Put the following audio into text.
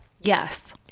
Yes